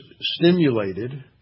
stimulated